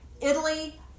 Italy